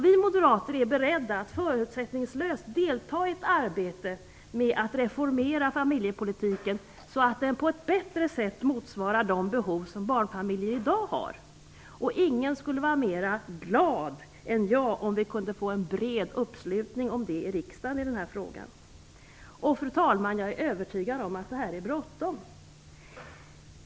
Vi moderater är beredda att förutsättningslöst delta i ett arbete med att reformera familjepolitiken så att den på ett bättre sätt motsvarar de behov som barnfamiljer i dag har. Ingen skulle vara mer glad än jag om vi kunde få en bred uppslutning i riksdagen i den här frågan. Jag är, fru talman, övertygad om att det här är bråttom.